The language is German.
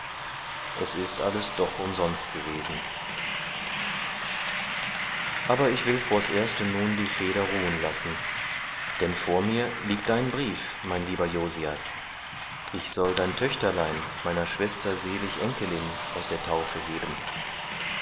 es ist alles doch umsonst gewesen aber ich will vors erste nun die feder ruhen lassen denn vor mir liegt dein brief mein lieber josias ich soll dein töchterlein meiner schwester sel enkelin aus der taufe heben